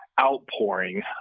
outpouring